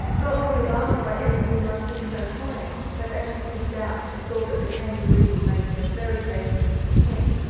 dot would have asked why everything must be so quiet but as she peeped out, she saw that the kangaroo was making a very dangerous descent,